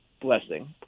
blessing